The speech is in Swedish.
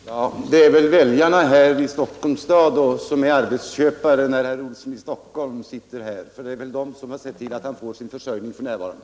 Fru talman! Det är väl väljarna här i Stockholms kommun som är arbetsköpare när herr Olsson i Stockholm sitter här? Det är ju de som har sett till att han får sin försörjning f.n.